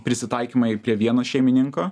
prisitaikymai prie vieno šeimininko